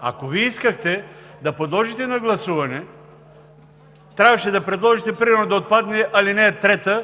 Ако Вие искахте да подложите на гласуване, трябваше да предложите примерно да отпадне ал. 3